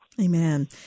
Amen